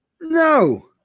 No